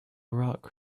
rock